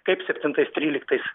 kaip septintais tryliktais